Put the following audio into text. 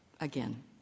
again